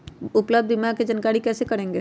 उपलब्ध बीमा के जानकारी कैसे करेगे?